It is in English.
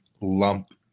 lump